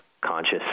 conscious